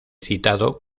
citado